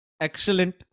excellent